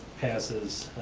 passes